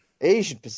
asian